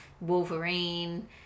Wolverine